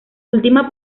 última